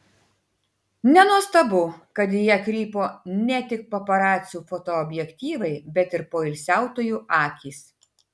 nenuostabu kad į ją krypo ne tik paparacių fotoobjektyvai bet ir poilsiautojų akys